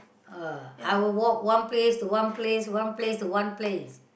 uh I will walk one place to one place one place to one place